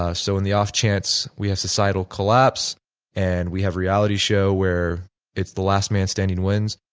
ah so, in the off chance we have societal collapse and we have reality show where it's the last man standing wins,